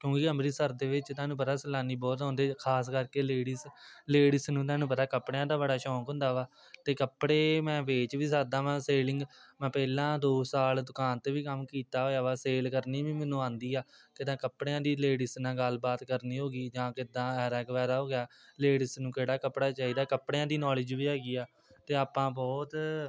ਕਿਉਂਕਿ ਅੰਮ੍ਰਿਤਸਰ ਦੇ ਵਿੱਚ ਤੁਹਾਨੂੰ ਪਤਾ ਸੈਲਾਨੀ ਬਹੁਤ ਆਉਂਦੇ ਖਾਸ ਕਰਕੇ ਲੇਡੀਜ਼ ਲੇਡੀਜ਼ ਨੂੰ ਉਹਨਾਂ ਨੂੰ ਪਤਾ ਕੱਪੜਿਆਂ ਦਾ ਬੜਾ ਸ਼ੌਕ ਹੁੰਦਾ ਵਾ ਅਤੇ ਕੱਪੜੇ ਮੈਂ ਵੇਚ ਵੀ ਸਕਦਾ ਵਾਂ ਸੇਲਿੰਗ ਮੈਂ ਪਹਿਲਾਂ ਦੋ ਸਾਲ ਦੁਕਾਨ 'ਤੇ ਵੀ ਕੰਮ ਕੀਤਾ ਹੋਇਆ ਵਾ ਸੇਲ ਕਰਨੀ ਵੀ ਮੈਨੂੰ ਆਉਂਦੀ ਆ ਕਿੱਦਾਂ ਕੱਪੜਿਆਂ ਦੀ ਲੇਡੀਜ਼ ਨਾਲ ਗੱਲਬਾਤ ਕਰਨੀ ਹੋ ਗਈ ਜਾਂ ਕਿੱਦਾਂ ਐਰਾ ਵਗੈਰਾ ਹੋ ਗਿਆ ਲੇਡੀਜ਼ ਨੂੰ ਕਿਹੜਾ ਕੱਪੜਾ ਚਾਹੀਦਾ ਕੱਪੜਿਆਂ ਦੀ ਨੌਲੇਜ ਵੀ ਹੈਗੀ ਆ ਅਤੇ ਆਪਾਂ ਬਹੁਤ